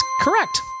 correct